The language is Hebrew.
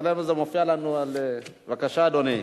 אצלנו זה מופיע לנו על, בבקשה, אדוני.